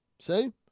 See